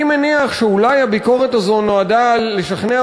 אני מניח שאולי הביקורת הזאת נועדה לשכנע